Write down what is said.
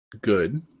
good